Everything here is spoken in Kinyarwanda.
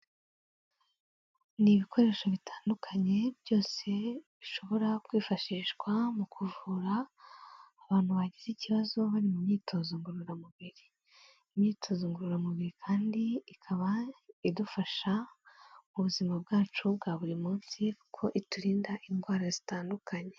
Ni ibikoresho bitandukanye byose bishobora kwifashishwa mu kuvura abantu bagize ikibazo bari mu myitozo ngororamubiri, imyitozo ngororamubiri kandi ikaba idufasha mu buzima bwacu bwa buri munsi kuko iturinda indwara zitandukanye.